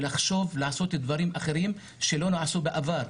לחשוב ולעשות דברים אחרים שלא נעשו בעבר.